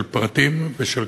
של פרטים ושל קבוצות,